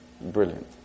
Brilliant